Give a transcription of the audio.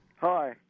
Hi